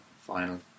final